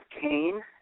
Kane